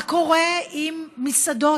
מה קורה עם מסעדות?